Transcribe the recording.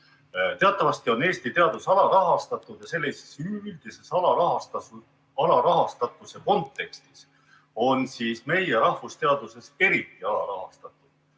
Teatavasti on Eesti teadus alarahastatud ja üldises alarahastatuse kontekstis on meie rahvusteadused eriti alarahastatud.